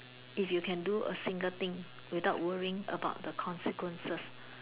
if you can do a single thing without worrying about the consequences